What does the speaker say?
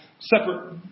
Separate